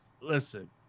Listen